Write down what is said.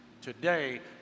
Today